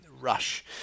rush